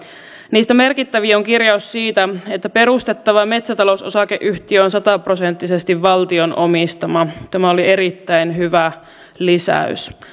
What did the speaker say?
niistä merkittävin on kirjaus siitä että perustettava metsätalousosakeyhtiö on sataprosenttisesti valtion omistama tämä oli erittäin hyvä lisäys